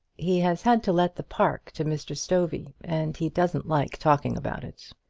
he has had to let the park to mr. stovey, and he doesn't like talking about it.